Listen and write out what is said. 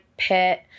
pit